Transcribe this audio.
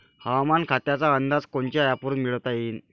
हवामान खात्याचा अंदाज कोनच्या ॲपवरुन मिळवता येईन?